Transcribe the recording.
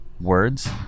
words